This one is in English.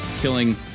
killing